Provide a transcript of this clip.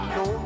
no